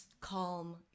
calm